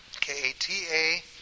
K-A-T-A